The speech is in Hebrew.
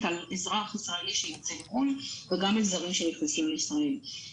על האזרח הישראלי שיוצא לחו"ל וגם על אזרחים שנכנסים לישראל.